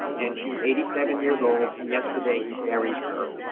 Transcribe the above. and she was eighty seven years old. and yesterday, he buried her.